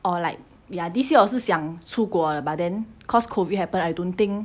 err like ya this year 我是想出国的 but then cause COVID happened I don't think